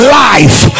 life